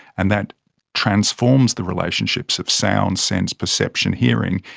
and that transforms the relationships of sound, sense, perception, hearing.